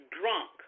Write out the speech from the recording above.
drunk